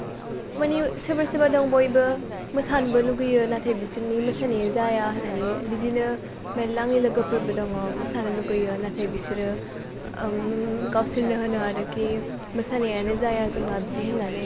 माने सोरबा सोरबा दं बयबो मोसानोबो लुगैयो नाथाय बिसोरनि मोसानाया जाया होननानै बिदिनो मेरला आंनि लोगोफोरबो दङ मोसानो लुगैयो नाथाय बिसोरो गावसोरनो होनो आरोखि मोसानायानो जाया जोंना बिदि होनानै